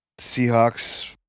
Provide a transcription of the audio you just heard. Seahawks